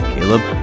Caleb